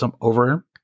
over